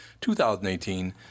2018